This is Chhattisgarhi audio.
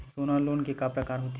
सोना लोन के प्रकार के होथे?